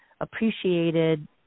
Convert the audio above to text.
appreciated